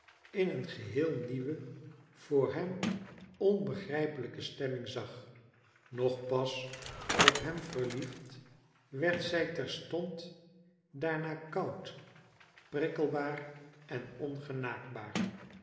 in een geheel nieuwe voor hem onbegrijpelijke stemming zag nog pas op hem verliefd werd zij terstond daarna koud prikkelbaar en ongenaakbaar